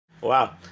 Wow